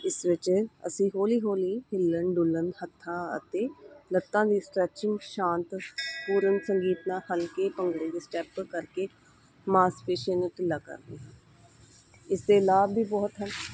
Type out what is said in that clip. ਇਸ ਵਿੱਚ ਅਸੀਂ ਹੌਲੀ ਹੌਲੀ ਹਿੱਲਣ ਡੁੱਲਣ ਹੱਥਾਂ ਅਤੇ ਲੱਤਾਂ ਦੀ ਸਟ੍ਰੈਚਿੰਗ ਸ਼ਾਂਤ ਪੂਰਨ ਸੰਗੀਤ ਨਾਲ ਹਲਕੇ ਭੰਗੜੇ ਦੇ ਸਟੈਪ ਕਰਕੇ ਮਾਸਪੇਸ਼ੀਆਂ ਨੂੰ ਢਿੱਲਾ ਕਰਦੇ ਹਾਂ ਇਸ ਦੇ ਲਾਭ ਵੀ ਬਹੁਤ ਹਨ